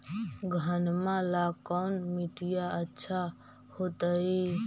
घनमा ला कौन मिट्टियां अच्छा होतई?